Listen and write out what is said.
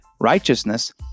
Righteousness